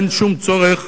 אין שום צורך